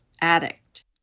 addict